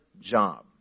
job